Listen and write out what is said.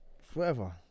forever